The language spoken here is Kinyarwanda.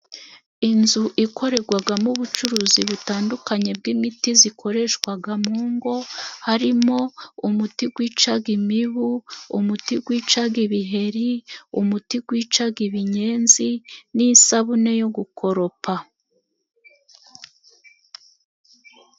Inzu ikoregwagamo ubucuruzi butandukanye bw'imiti zikoreshwaga mu ngo, harimo umuti gwicaga imibu, umuti gwicaga ibiheri, umuti gwicaga ibinyenzi, n'isabune yo gukoropa.